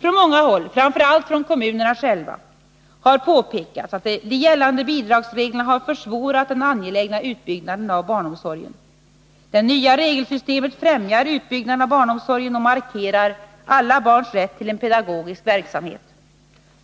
Från många håll — framför allt från kommunerna själva — har påpekats att de gällande bidragsreglerna har försvårat den angelägna utbyggnaden av barnomsorgen. Det nya regelsystemet främjar utbyggnaden av barnomsorgen och markerar aila barns rätt till en pedagogisk verksamhet.